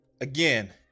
Again